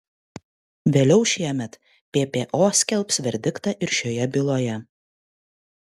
vėliau šiemet ppo skelbs verdiktą ir šioje byloje